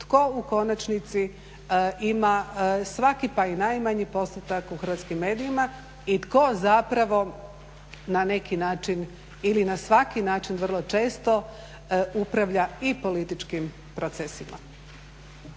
tko u konačnici ima svaki, pa i najmanji postotak u hrvatskim medijima i tko zapravo na neki način ili na svaki način vrlo često upravlja i političkim procesima.